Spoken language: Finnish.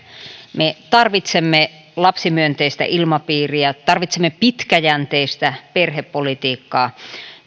me tarvitsemme lapsimyönteistä ilmapiiriä tarvitsemme pitkäjänteistä perhepolitiikkaa